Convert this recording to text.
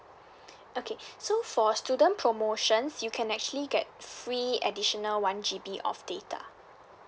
okay so for student promotions you can actually get free additional one G_B of data